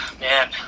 Man